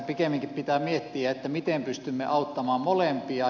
pikemminkin pitää miettiä miten pystymme auttamaan molempia